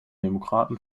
demokraten